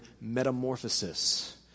metamorphosis